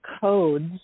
codes